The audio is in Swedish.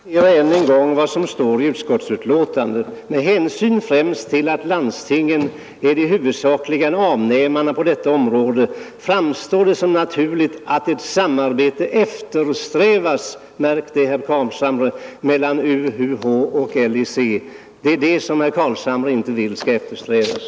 Herr talman! Jag ber att än en gång få citera vad som står på s. 19 i utskottets betänkande: ”——— med hänsyn främst till att landstingen är de huvudsakliga avnämarna på området framstår det som naturligt att ett samarbete eftersträvas mellan UUH och LIC.” Det är detta som herr Carlshamre inte vill skall eftersträvas.